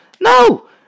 no